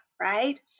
right